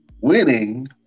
winning